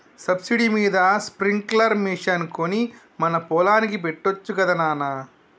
subsidy మీద sprinkler machine కొని మన పొలానికి పెట్టొచ్చు గదా నాన